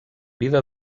vida